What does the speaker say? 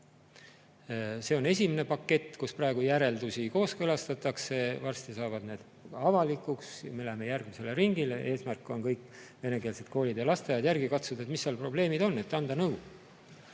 See on esimene pakett, mille kohta praegu järeldusi kooskõlastatakse, varsti saavad need avalikuks. Me läheme järgmisele ringile. Eesmärk on kõik venekeelsed koolid ja lasteaiad järgi katsuda, mis seal probleemid on, et anda nõu.